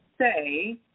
say